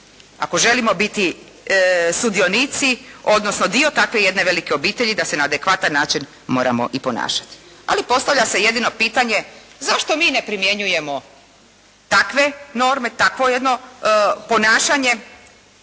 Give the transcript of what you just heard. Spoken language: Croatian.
ako želimo biti sudionici, odnosno dio takve jedne velike obitelji da se na adekvatan način moramo i ponašati. Ali postavlja se jedino pitanje zašto mi ne primjenjujemo takve norme, takvo jedno ponašanje